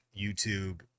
YouTube